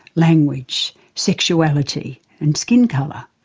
language, sexuality and skin colour.